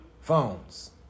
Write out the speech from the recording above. Phones